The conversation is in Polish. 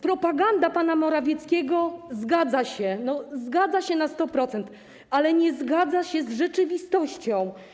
Propaganda pana Morawieckiego zgadza się, zgadza się na 100%, ale nie zgadza się z rzeczywistością.